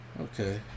Okay